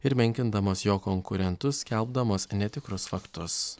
ir menkindamas jo konkurentus skelbdamas netikrus faktus